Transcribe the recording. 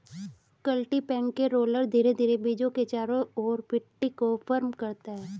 cultipacker roller धीरे धीरे बीजों के चारों ओर मिट्टी को फर्म करता है